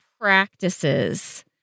practices